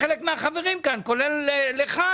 חשוב לעשות הכול על מנת שלא תהיה שביתה.